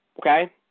Okay